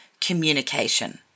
communication